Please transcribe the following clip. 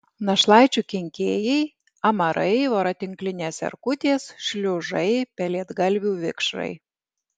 našlaičių kenkėjai amarai voratinklinės erkutės šliužai pelėdgalvių vikšrai